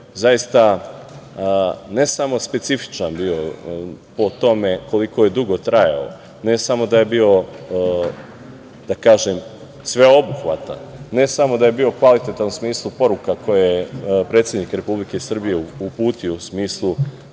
zaista, ne samo specifičan po tome koliko je dugo trajao, ne samo da je bio, da kažem, sveobuhvatan, ne samo da je bio kvalitetan u smislu poruka koje je predsednik Republike Srbije uputio u smislu,